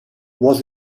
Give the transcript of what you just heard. was